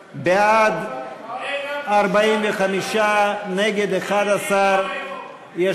בעד, 45, נגד, 11, שודדים לאור היום.